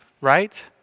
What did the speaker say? Right